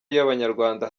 y’abanyarwanda